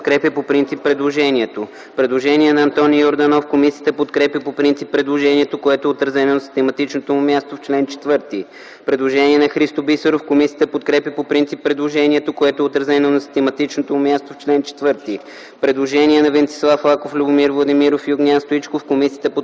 Предложение на Антоний Йорданов. Комисията подкрепя по принцип предложението, което е отразено на систематичното му място в чл. 4. Предложение на Христо Бисеров. Комисията подкрепя по принцип предложението, което е отразено на систематичното му място в чл. 4. Предложение на Венцислав Лаков, Любомир Владимиров и Огнян Стоичков. Комисията подкрепя по принцип предложението,